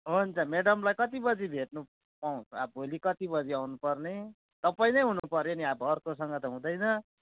हुन्छ मेडमलाई कति बजी भेट्नु पाउँछ अब भोलि कति बजी आउनु पर्ने तपाईँ नै हुनुपऱ्यो नि अब अर्कोसँग त हुँदैन